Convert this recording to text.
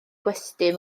gwesty